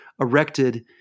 erected